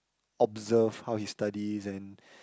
observe how he studies and